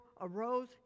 arose